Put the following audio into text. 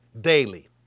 daily